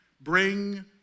bring